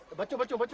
but but what